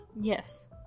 Yes